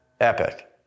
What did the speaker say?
epic